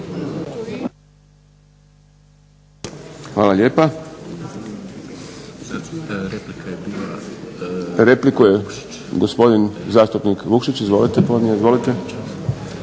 Hvala lijepa. Repliku ima gospodin zastupnik Vukšić. Izvolite.